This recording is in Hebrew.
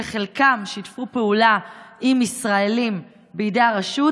שחלקם שיתפו פעולה עם ישראלים בידי הרשות,